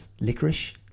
Licorice